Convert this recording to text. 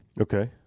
Okay